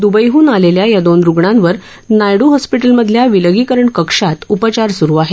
द्बईहन आलेल्या या दोन रुग्णांवर नायड् हॉस्पिटलमधल्या विलगीकरण कक्षात उपचार स्रू आहेत